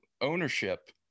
ownership